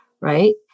right